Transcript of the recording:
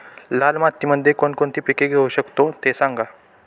लाल मातीमध्ये कोणकोणती पिके घेऊ शकतो, ते सांगा